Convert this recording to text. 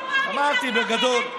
ידעתי שתגיד את זה.